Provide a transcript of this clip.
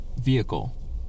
vehicle